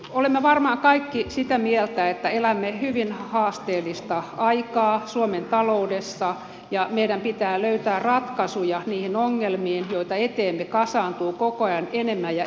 olemme varmaan kaikki sitä mieltä että elämme hyvin haasteellista aikaa suomen taloudessa ja meidän pitää löytää ratkaisuja niihin ongelmiin joita eteemme kasaantuu koko ajan enemmän ja enemmän